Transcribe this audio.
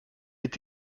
est